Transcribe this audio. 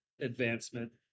advancement